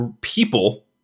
people